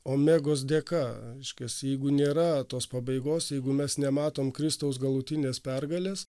omegos dėka reiškiasi jeigu nėra tos pabaigos jeigu mes nematom kristaus galutinės pergalės